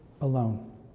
alone